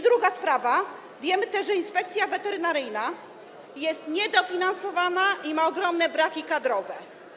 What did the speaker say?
Druga sprawa, wiemy też, że Inspekcja Weterynaryjna jest niedofinansowana i ma ogromne braki kadrowe.